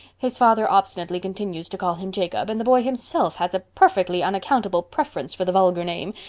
his father obstinately continues to call him jacob, and the boy himself has a perfectly unaccountable preference for the vulgar name.